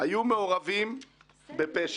היו מעורבים בפשע?